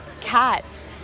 cats